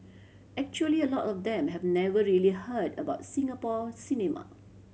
actually a lot of them have never really heard about Singapore cinema